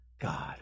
God